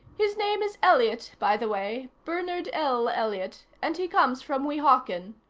his name is elliott, by the way bernard l. elliott. and he comes from weehawken.